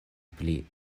pli